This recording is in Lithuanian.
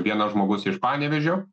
vienas žmogus iš panevėžio